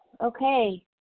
Okay